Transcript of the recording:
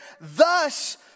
thus